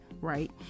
right